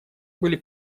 были